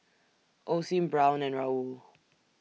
Osim Braun and Raoul